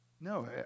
No